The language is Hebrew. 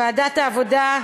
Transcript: ועדת העבודה,